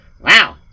Wow